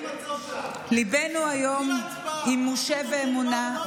ליבנו היום עם משה ואמונה,